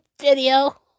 video